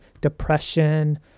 depression